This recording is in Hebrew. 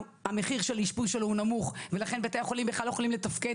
המחיר של האשפוז שלו הוא נמוך ולכן בתי החולים בכלל לא יכולים לתפקד